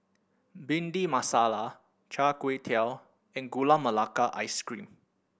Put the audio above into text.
Bhindi Masala Char Kway Teow and Gula Melaka Ice Cream